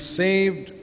saved